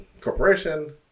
Corporation